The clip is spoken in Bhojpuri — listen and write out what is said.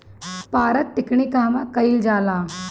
पारद टिक्णी कहवा कयील जाला?